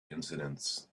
incidents